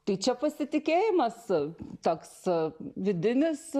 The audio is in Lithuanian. tai čia pasitikėjimas toks vidinis